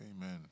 Amen